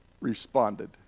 responded